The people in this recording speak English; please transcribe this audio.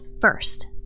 First